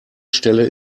stelle